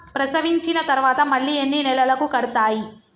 ప్రసవించిన తర్వాత మళ్ళీ ఎన్ని నెలలకు కడతాయి?